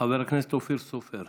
חבר הכנסת אופיר סופר.